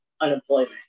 unemployment